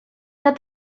that